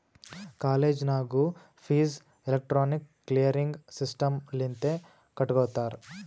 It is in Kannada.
ಕಾಲೇಜ್ ನಾಗೂ ಫೀಸ್ ಎಲೆಕ್ಟ್ರಾನಿಕ್ ಕ್ಲಿಯರಿಂಗ್ ಸಿಸ್ಟಮ್ ಲಿಂತೆ ಕಟ್ಗೊತ್ತಾರ್